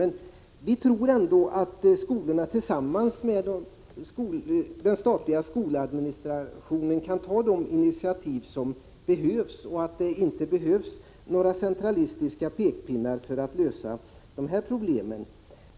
Men vi tror ändå att skolorna tillsammans med den statliga skoladministrationen kan ta de initiativ som erfordras och att det inte behövs några centralistiska pekpinnar för att lösa de problemen.